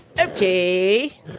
Okay